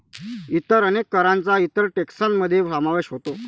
इतर अनेक करांचा इतर टेक्सान मध्ये समावेश होतो